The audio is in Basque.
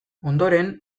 ondoren